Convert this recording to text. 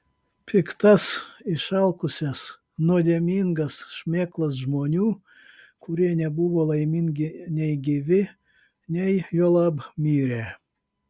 piktas išalkusias nuodėmingas šmėklas žmonių kurie nebuvo laimingi nei gyvi nei juolab mirę